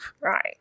right